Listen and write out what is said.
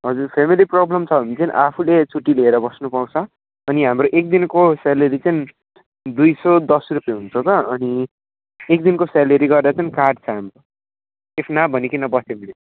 हजुर family problem छ भने चाहिँ आफूले छुट्टी लिएर बस्नु पाउँछ अनि हाम्रो एक दिनको सेलेरी चाहिँ दुई सय दस रुपियाँ हुन्छ त अनि एक दिनको सेलेरी गरेर चाहिँ काट्छन् यसै नभनीकन बस्यो भने